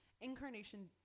incarnation